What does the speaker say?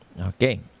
Okay